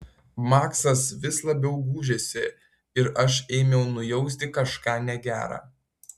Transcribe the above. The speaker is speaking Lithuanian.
maksas vis labiau gūžėsi ir aš ėmiau nujausti kažką negera